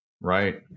Right